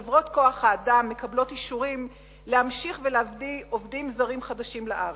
חברות כוח-האדם מקבלות אישורים להמשיך להביא עובדים זרים חדשים לארץ.